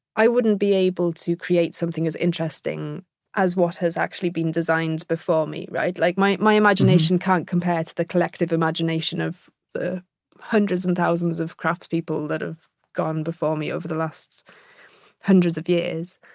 i wouldn't be able to create something as interesting as what has actually been designed before me, right? like my my imagination can't compare to the collective imagination of the hundreds and thousands of craftspeople that have gone before me over the last hundreds of years.